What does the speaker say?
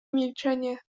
milczenie